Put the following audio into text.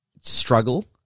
struggle